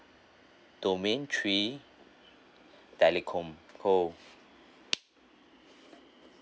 domain three telecom cold